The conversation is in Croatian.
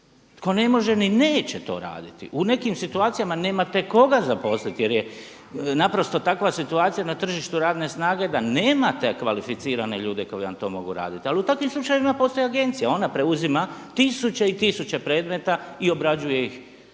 tko ne može ni neće to raditi. U nekim situacijama nemate koga zaposliti jer je naprosto takva situacija na tržištu razne snage da nemate kvalificirane ljude koji vam to mogu raditi. Ali u takvim slučajevima postoji agencija, ona preuzima tisuće i tisuće predmeta i obrađuje ih